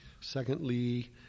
secondly